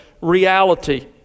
reality